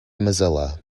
mozilla